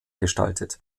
gestaltet